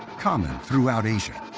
common throughout asia.